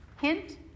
Hint